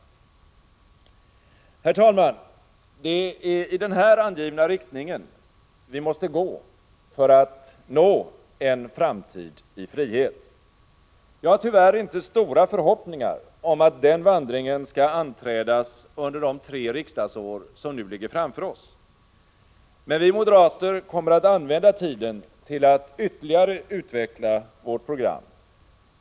Herr talman! Det är i den här angivna riktningen vi måste gå för att nå en framtid i frihet. Jag har tyvärr inte stora förhoppningar om att den vandringen skall anträdas under de tre riksdagsår som nu ligger framför oss. Men vi moderater kommer att använda tiden till att ytterligare utveckla vårt program.